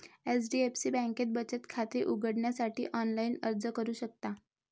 HDFC बँकेत बचत खाते उघडण्यासाठी ऑनलाइन अर्ज करू शकता